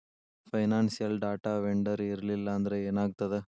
Financial data vendor ಇರ್ಲ್ಲಿಲ್ಲಾಂದ್ರ ಏನಾಗ್ತದ?